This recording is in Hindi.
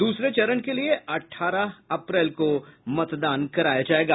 दूसरे चरण के लिए अठारह अप्रैल को मतदान कराया जाएगा